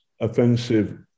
offensive